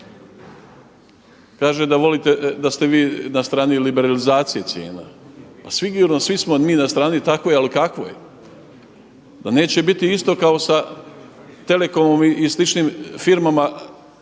Kaže da ste vi na strani liberalizacije cijena. Pa sigurno, svi smo mi na strani takvoj, ali kakvoj? Da neće biti isto kao sa Telekomom i sličnim firmama